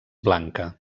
blanca